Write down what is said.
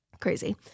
Crazy